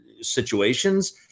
situations